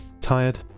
tired